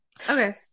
Okay